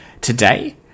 Today